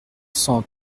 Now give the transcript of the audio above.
cent